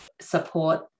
support